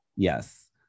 Yes